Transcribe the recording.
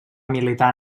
militar